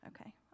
Okay